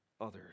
others